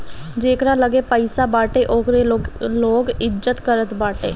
जेकरा लगे पईसा बाटे ओकरे लोग इज्जत करत बाटे